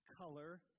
color